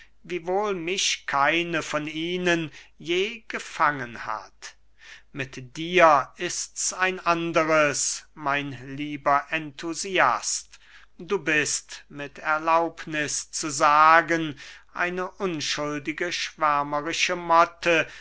wiewohl mich keine von ihnen je gefangen hat mit dir ists ein anderes mein lieber enthusiast du bist mit erlaubniß zu sagen eine unschuldige schwärmerische motte